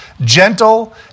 gentle